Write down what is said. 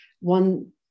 one